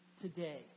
today